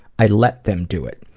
i let them do it.